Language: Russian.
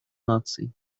наций